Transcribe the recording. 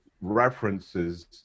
references